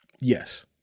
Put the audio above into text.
Yes